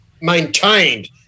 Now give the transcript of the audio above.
maintained